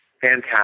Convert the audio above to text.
fantastic